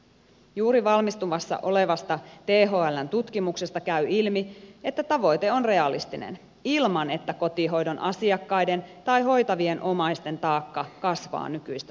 juuri valmistumassa olevasta thln tutkimuksesta käy ilmi että tavoite on realistinen ilman että kotihoidon asiakkaiden tai hoitavien omaisten taakka kasvaa nykyistä suuremmaksi